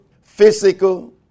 physical